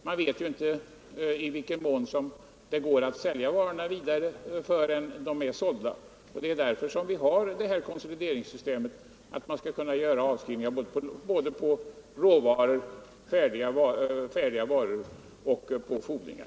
Man vet inte i vilken mån det går att sälja varorna vidare förrän de är sålda, och det är därför vi har det här konsolideringssystemet, som innebär att man skall kunna göra avskrivningar inte bara på råvaror utan också på färdiga varor och på fordringar.